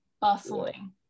bustling